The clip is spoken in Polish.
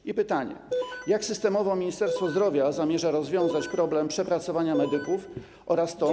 I pytanie: Jak systemowo Ministerstwo Zdrowia zamierza rozwiązać problem przepracowania medyków oraz to.